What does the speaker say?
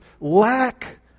lack